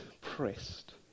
pressed